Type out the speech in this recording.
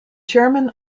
chairman